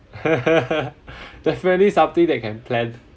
definitely something that can plan